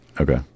Okay